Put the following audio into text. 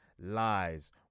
lies